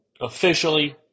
officially